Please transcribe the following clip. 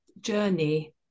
journey